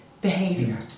behavior